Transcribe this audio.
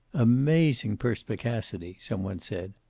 amazing perspicacity, some one said.